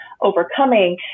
overcoming